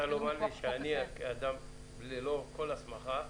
את רוצה לומר שאני אדם, ללא כל הסמכה,